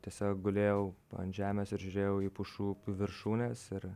tiesiog gulėjau ant žemės ir žiūrėjau į pušų viršūnes ir